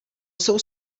jsou